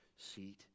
seat